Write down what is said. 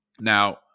Now